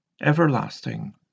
everlasting